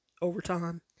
Overtime